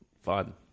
fun